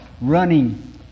running